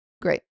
great